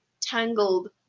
tangled